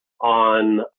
on